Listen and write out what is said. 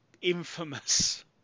infamous